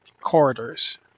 corridors